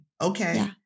Okay